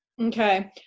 Okay